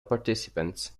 participants